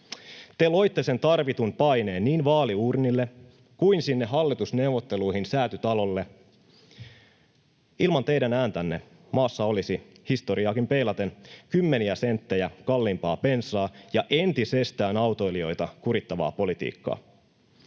Te loitte sen tarvitun paineen niin vaaliuurnille kuin sinne hallitusneuvotteluihin Säätytalolle. Ilman teidän ääntänne maassa olisi historiaakin peilaten kymmeniä senttejä kalliimpaa bensaa ja entisestään autoilijoita kurittavaa politiikkaa.